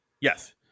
yes